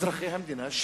אזרחי המדינה,